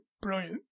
brilliant